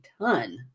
ton